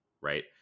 right